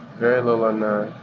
very little or